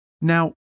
Now